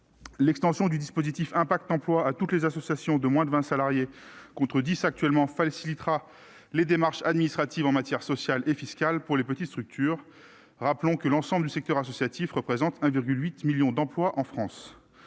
l'extension du dispositif « impact emploi » à toutes les associations de moins de vingt salariés, contre dix actuellement, facilitera les démarches administratives en matière sociale et fiscale pour les petites structures. Rappelons que l'ensemble du secteur associatif représente 1,8 million d'emplois en France.